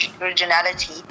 originality